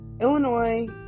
Illinois